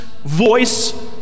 Voice